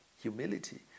Humility